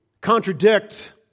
contradict